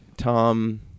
Tom